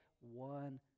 one